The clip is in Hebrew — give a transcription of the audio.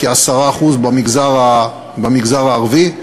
כ-10% במגזר הערבי,